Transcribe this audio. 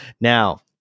Now